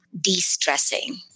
de-stressing